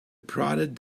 prodded